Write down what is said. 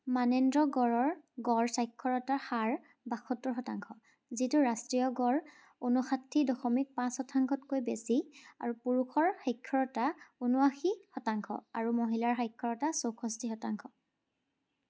মানেন্দ্ৰগড়ৰ গড় সাক্ষৰতা হাৰ বাসত্তৰ শতাংশ যিটো ৰাষ্ট্ৰীয় গড় উনষাঠি শতাংশতকৈ বেছি আৰু পুৰুষৰ সাক্ষৰতা উনোসত্তৰ শতাংশ আৰু মহিলাৰ সাক্ষৰতা চৌষষ্টি শতাংশ